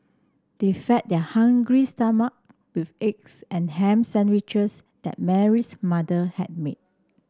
they fed their hungry stomach with eggs and ham sandwiches that Mary's mother had made